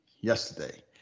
yesterday